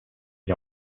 s’y